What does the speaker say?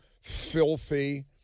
filthy